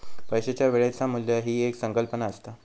पैशाच्या वेळेचा मू्ल्य ही एक संकल्पना असता